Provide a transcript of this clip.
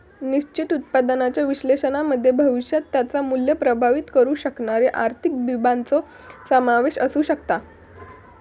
निश्चित उत्पन्नाच्या विश्लेषणामध्ये भविष्यात त्याचा मुल्य प्रभावीत करु शकणारे आर्थिक बाबींचो समावेश असु शकता